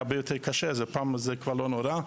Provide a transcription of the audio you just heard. הרבה יותר קשה אז הפעם הזאת זה כבר לא נורא,